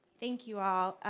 thank you all.